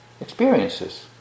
experiences